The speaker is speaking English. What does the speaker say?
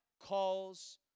calls